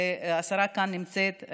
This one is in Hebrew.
והשרה נמצאת כאן,